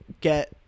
get